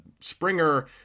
springer